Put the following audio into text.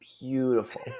beautiful